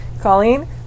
Colleen